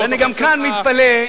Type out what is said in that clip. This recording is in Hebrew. אני גם כאן מתפלא,